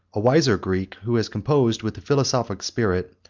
a wiser greek, who has composed, with a philosophic spirit,